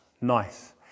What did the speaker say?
nice